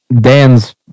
Dan's